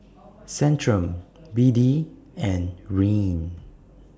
Centrum B D and Rene